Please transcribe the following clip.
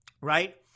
right